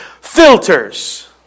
filters